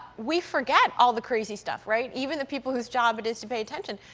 we forget all the crazy stuff, right. even the people whose job it is to pay attention.